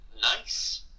nice